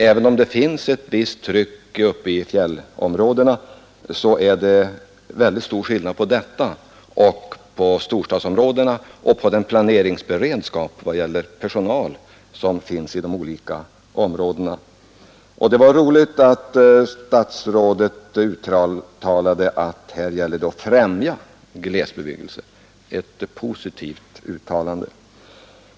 Även om det finns ett visst tryck uppe i fjällområdena, är det ändå en mycket stor skillnad mellan dessa områden och storstadsområdena. Det var annars roligt att statsrådet uttalade, att det gäller att främja glesbebyggelsen — ett positivt uttalande.